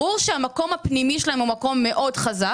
ברור שהמקום הפנימי שלהם הוא מקום מאוד חזק,